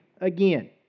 again